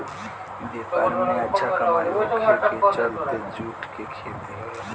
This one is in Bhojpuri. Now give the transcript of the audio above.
व्यापार में अच्छा कमाई होखे के चलते जूट के खेती होला